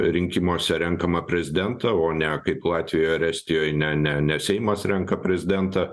rinkimuose renkamą prezidentą o ne kaip latvijoj ar estijoj ne ne ne seimas renka prezidentą